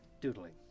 Doodling